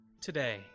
Today